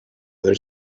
other